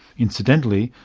incidentally,